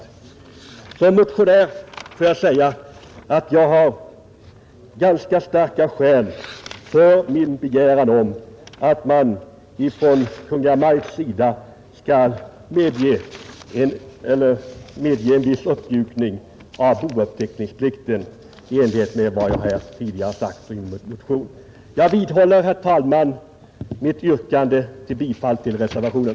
Som motionär får jag säga att jag har starka skäl för min begäran att Kungl. Maj:t skall medge en viss uppmjukning av bouppteckningsplikten i enlighet med vad jag tidigare sagt här och i min motion. Jag vidhåller, herr talman, mitt yrkande om bifall till reservationen.